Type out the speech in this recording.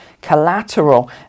collateral